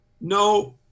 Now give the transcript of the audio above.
no